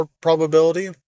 probability